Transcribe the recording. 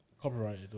copyrighted